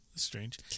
strange